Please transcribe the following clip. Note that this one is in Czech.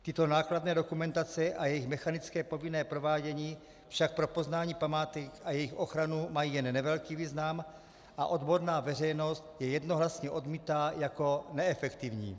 Tyto nákladné dokumentace a jejich mechanické povinné provádění však pro poznání památek a jejich ochranu mají jen nevelký význam a odborná veřejnost je jednohlasně odmítá jako neefektivní.